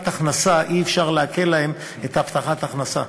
הבטחת הכנסה אי-אפשר לעקל להם את הבטחת ההכנסה,